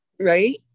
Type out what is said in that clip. Right